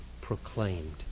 proclaimed